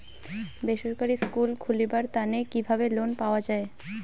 বেসরকারি স্কুল খুলিবার তানে কিভাবে লোন পাওয়া যায়?